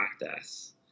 practice